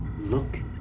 Look